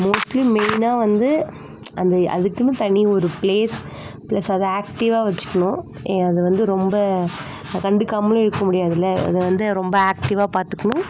mostly மெயினாக வந்து அந்த அதுக்குன்னு தனி ஒரு ப்ளேஸ் ப்ளஸ் அதை ஆக்டிவ்வாக வெச்சிக்கணும் அதை வந்து ரொம்ப கண்டுக்காமலேயும் இருக்க முடியாதுல அதை வந்து ரொம்ப ஆக்டிவ்வாக பார்த்துக்கணும்